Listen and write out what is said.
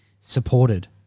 supported